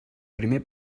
primer